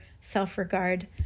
self-regard